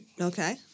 Okay